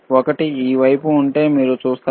ఒకటి ఈ వైపు ఉంటే మీరు చూస్తారు